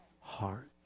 heart